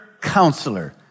counselor